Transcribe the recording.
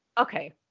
okay